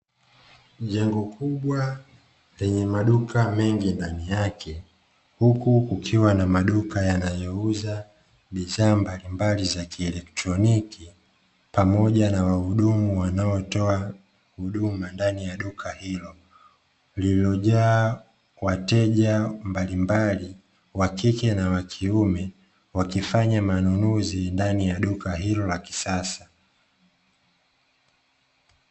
Jengo kubwa, lenye maduka mengi ndani yake, huku kukiwa na maduka yanayouza bidhaa mbalimbali za kielektroniki pamoja na wahudumu wanaotoa huduma ndani ya duka hilo lililojaa wateja mbalimbali wa kike na wa kiume, wakifanya manunuzi ndani ya duka hilo la kisasa.